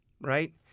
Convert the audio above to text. right